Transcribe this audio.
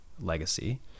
legacy